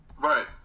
Right